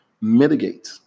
mitigate